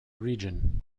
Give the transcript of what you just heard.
region